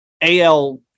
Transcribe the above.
AL